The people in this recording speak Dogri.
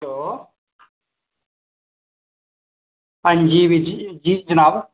हैलो हांजी वीर जी जी जनाब